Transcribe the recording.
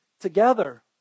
together